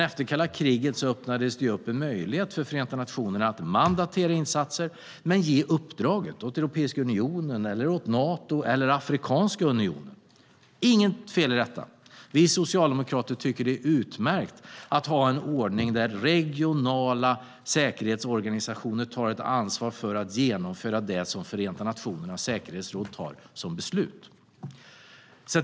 Efter kalla kriget öppnades det en möjlighet för Förenta nationerna att mandatera insatser men ge uppdraget åt Europeiska unionen, Nato eller Afrikanska unionen. Det är inget fel i detta. Vi socialdemokrater tycker att det är utmärkt att ha en ordning där regionala säkerhetsorganisationer tar ett ansvar för att genomföra det som Förenta nationernas säkerhetsråd beslutar om.